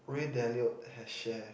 Ray-Dalio has share